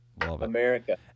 America